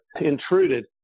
intruded